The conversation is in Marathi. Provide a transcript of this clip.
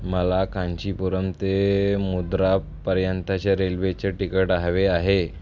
मला कांचीपुरम ते मदुरापर्यंतचे रेल्वेचे तिकट हवे आहे